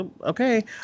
Okay